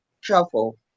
shuffle